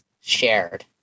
Shared